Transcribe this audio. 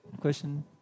question